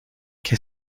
que